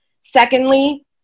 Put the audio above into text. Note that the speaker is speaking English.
Secondly